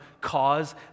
cause